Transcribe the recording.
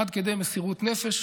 עד כדי מסירות נפש,